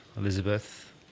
Elizabeth